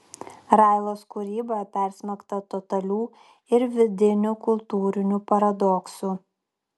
railos kūryba persmelkta totalių ir vidinių kultūrinių paradoksų